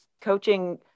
coaching